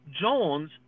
Jones